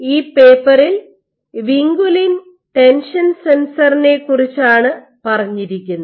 ഈ പേപ്പറിൽ vinculin tension സെൻസറിനെ കുറിച്ചാണ് പറഞ്ഞിരിക്കുന്നത്